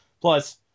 Plus